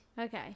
Okay